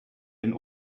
den